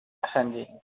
ਹਾਂਜੀ